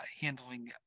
handling